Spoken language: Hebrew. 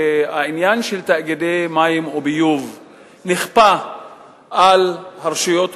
שהעניין של תאגידי מים וביוב נכפה על הרשויות המקומיות.